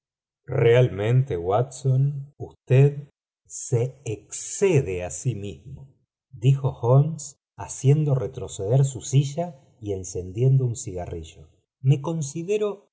realmente watson usted se excede á sí mismo dijo holmes haciendo retroceder su silla y encendiendo un cigarrillo me considero